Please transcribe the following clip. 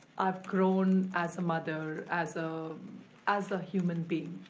i've grown as a mother, as ah as a human being,